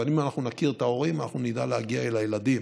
אבל אם אנחנו נכיר את ההורים אנחנו נדע להגיע אל הילדים.